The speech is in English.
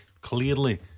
Clearly